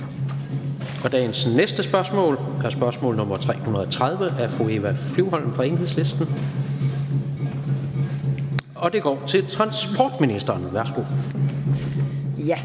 Dagens næste spørgsmål er spørgsmål nr. S 330 af fru Eva Flyvholm fra Enhedslisten, og det er stillet til transportministeren. Kl.